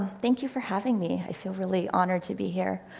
thank you for having me. i feel really honored to be here.